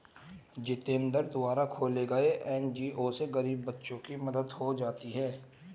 जितेंद्र द्वारा खोले गये एन.जी.ओ से गरीब बच्चों की मदद हो जाती है